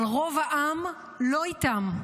אבל רוב העם לא איתם.